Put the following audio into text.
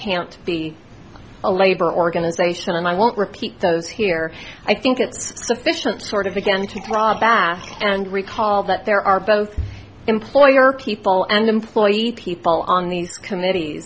can't be a labor organization and i won't repeat those here i think it's sufficient sort of began to thrive bath and recall that there are both employer people and employed people on these committees